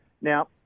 Now